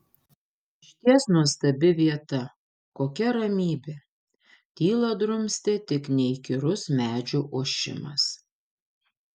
išties nuostabi vieta kokia ramybė tylą drumstė tik neįkyrus medžių ošimas